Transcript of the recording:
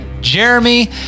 Jeremy